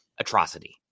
Atrocity